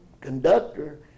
Conductor